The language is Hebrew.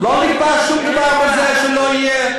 לא נקבע שום דבר כזה שלא יהיה.